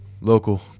Local